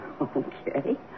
Okay